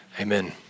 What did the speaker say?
Amen